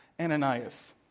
Ananias